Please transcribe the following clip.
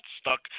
stuck